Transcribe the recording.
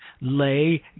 lay